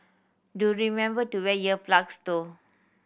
do remember to wear ear plugs though